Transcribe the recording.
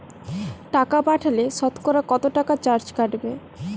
টাকা পাঠালে সতকরা কত টাকা চার্জ কাটবে?